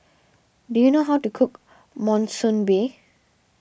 do you know how to cook Monsunabe